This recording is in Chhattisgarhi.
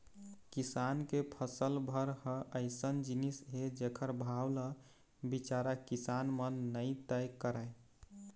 किसान के फसल भर ह अइसन जिनिस हे जेखर भाव ल बिचारा किसान मन नइ तय करय